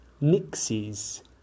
Nixies